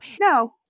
No